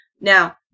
Now